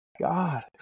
God